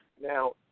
Now